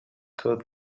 code